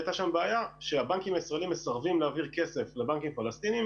הייתה שם בעיה שהבנקים הישראליים מסרבים להעביר כסף לבנקים פלסטינים